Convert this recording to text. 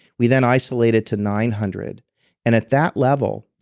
we then isolated to nine hundred and at that level,